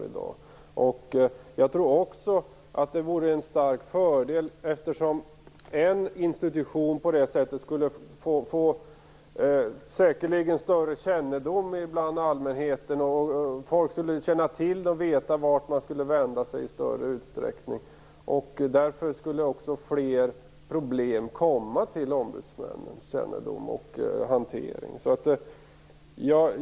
Det vore en stor fördel, eftersom en institution skulle medföra att folk i större utsträckning skulle känna till vart man kunde vända sig. Därmed skulle ombudsmännen få kännedom om fler problem.